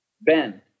Ben